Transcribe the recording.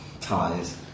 ties